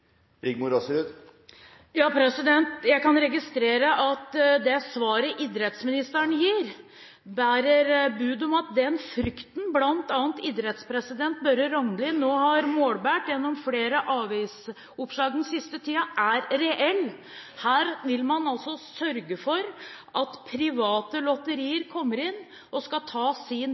Jeg kan registrere at det svaret idrettsministeren gir, bærer bud om at den frykten bl.a. idrettspresident Børre Rognlien har målbåret gjennom flere avisoppslag den siste tiden, er reell. Man vil altså sørge for at private lotterier kommer inn og tar sin